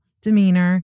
demeanor